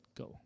go